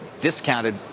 discounted